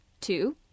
Two